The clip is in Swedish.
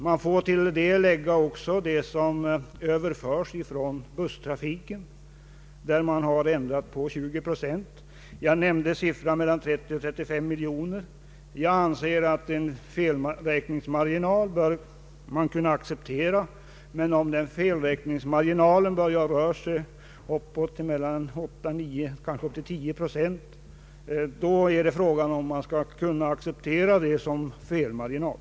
Man får till detta också lägga det som överföres från busstrafiken — ändringen är där på 20 procent. Jag nämnde siffran 30 å 35 miljoner. Enligt min mening bör en felräkningsmarginal kunna accepteras, men om felräkningsmarginalen börjar röra sig uppåt 8, 9, kanske 10 procent är det tveksamt om man skall kunna acceptera den som en felmarginal.